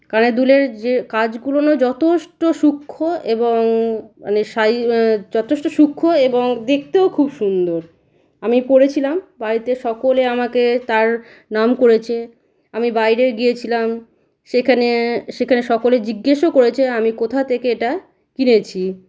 কানের দুলের যে কাজগুলো যতেষ্ট সূক্ষ্ম এবং মানে সাই যথেষ্ট সুক্ষ্ম এবং দেখতেও খুব সুন্দর আমি পরেছিলাম বাড়িতে সকলে আমাকে তার নাম করেছে আমি বাইরে গিয়েছিলাম সেখানে সেখানে সকলে জিজ্ঞেসও করেছে আমি কোথা থেকে এটা কিনেছি